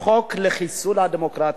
"חוק לחיסול הדמוקרטיה.